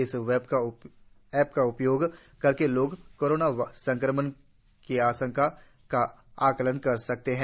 इस ऐप का उपयोग करके लोग कोरोना संक्रमण की आशंका का आकलन कर सकते हैं